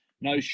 No